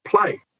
play